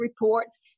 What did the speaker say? reports